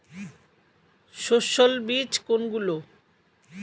সস্যল বীজ কোনগুলো?